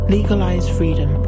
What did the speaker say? Legalizefreedom